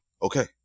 Okay